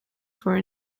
for